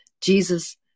Jesus